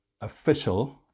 official